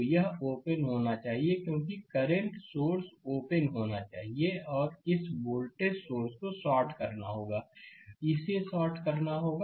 slide समय देखें 1242 तो यह ओपन होना चाहिए क्योंकि करंट सोर्स ओपन होना चाहिए और इस वोल्टेज सोर्स को शॉर्ट करना होगा इसे शॉर्ट करना होगा